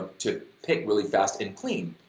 to pick really fast and clean,